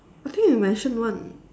I think you mentioned one